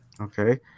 Okay